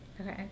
Okay